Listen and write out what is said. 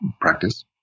practice